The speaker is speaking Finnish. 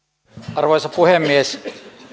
arvoisa puhemies